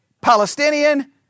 Palestinian